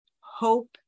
hope